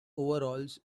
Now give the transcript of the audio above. overalls